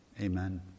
amen